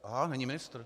Aha není ministr.